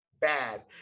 bad